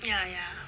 ya ya